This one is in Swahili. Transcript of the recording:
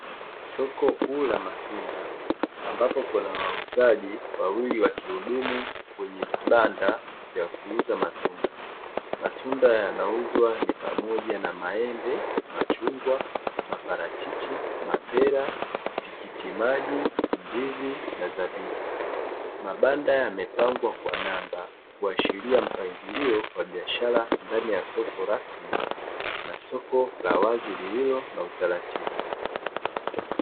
Soko kuu la matunda, ambapo kuna wauzaji wawili wakihudumu kwenye vibanda vya kuuza matunda, matunda yanauzwa ni pamoja na maembe, machungwa, maparachichi, mapera, tikitimaji, ndizi na zabibu, mabanda yamepangwa kwa namba, kuashilia mpangilio wa biashara ndani ya soko rasmi na soko la wazi lililo na utaratibu.